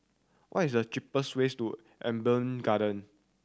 what is the cheapest ways to Amber Garden